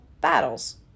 battles